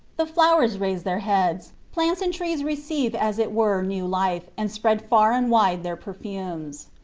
the flowers raise their heads, plants and trees receive as it were new life and spread far and wide their perfumes.